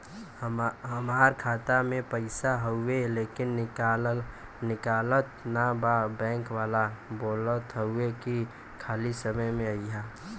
हमार खाता में पैसा हवुवे लेकिन निकलत ना बा बैंक वाला बोलत हऊवे की खाली समय में अईहा